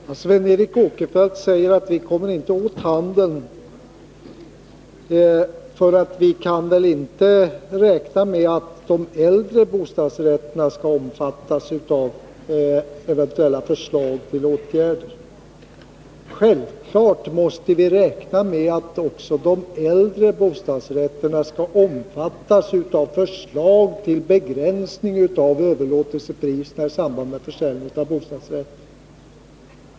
Herr talman! Sven Eric Åkerfeldt säger att vi inte kommer åt handeln eftersom vi väl inte kan räkna med att de äldre bostadsrätterna skall omfattas av eventuella förslag till åtgärder. Men vi måste självfallet räkna med att också de äldre bostadsrätterna skall omfattas av förslag till begränsning av överlåtelsepriserna i samband med försäljning av bostadsrätter.